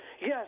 yes